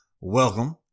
welcome